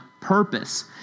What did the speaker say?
purpose